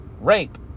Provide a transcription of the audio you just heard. rape